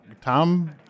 Tom